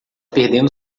perdendo